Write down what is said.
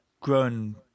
grown